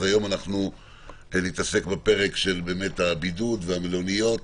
היום נתעסק בפרק הבידוד והמלוניות,